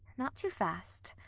not too fast!